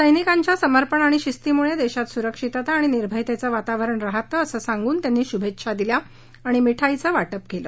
सैनिकांच्या समर्पण आणि शिस्तीमुळे देशात सुरक्षितता आणि निर्भयतेचं वातावरण राहतं असं सांगून त्यांनी शुभेच्छा दिल्या आणि मिठाईचं वाटप केलं